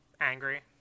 angry